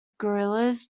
guerrillas